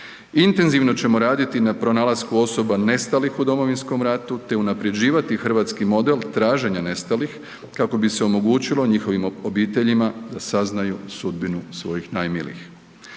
intenzivno ćemo raditi na pronalasku osoba nestalih u Domovinskom ratu, te unapređivati hrvatski model traženja nestalih kako bi se omogućilo njihovim obiteljima da saznaju sudbinu svojih najmilijih.